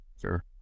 sure